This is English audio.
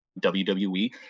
WWE